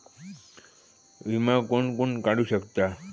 विमा कोण कोण काढू शकता?